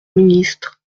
ministre